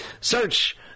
Search